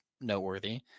noteworthy